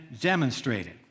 demonstrated